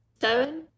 Seven